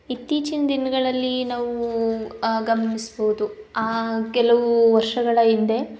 ಇತ್ತೀಚಿನ ದಿನಗಳಲ್ಲಿ ನಾವು ಗಮನಿಸ್ಬೋದು ಕೆಲವು ವರ್ಷಗಳ ಹಿಂದೆ